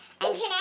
Internet